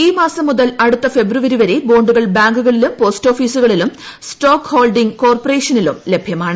ഈ മാസം മുതൽ അടുത്ത ഫെബ്രുരി വരെ ബോണ്ടുകൾ ബാങ്കുകളിലും പോസ്റ്റോഫീസുകളിലും സ്റ്റോക്ക് ഹോൾഡിംഗ് കോർപ്പറേഷനിലും ലഭ്യമാണ്